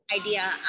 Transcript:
idea